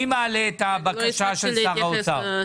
מי מעלה את הבקשה של שר האוצר?